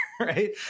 right